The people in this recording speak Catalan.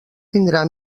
tindrà